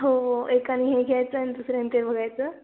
हो एकाने हे घ्यायचं आणि दुसऱ्याने ते बघायचं